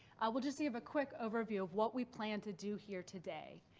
we'll just give a quick overview of what we plan to do here today.